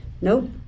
Nope